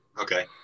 okay